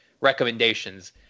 recommendations